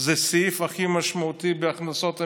הם הסעיף הכי משמעותי בהכנסות המדינה.